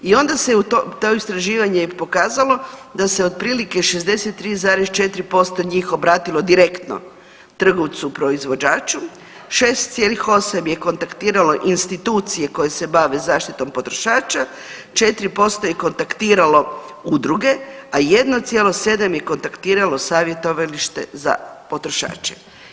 I onda to istraživanje je pokazalo da se otprilike 63,4% njih obratilo direktno trgovcu proizvođaču, 6,8 je kontaktiralo institucije koje se bave zaštitom potrošača, 4% je kontaktiralo udruge, a 1,7 je kontaktiralo savjetovalište za potrošače.